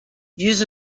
use